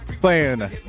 Playing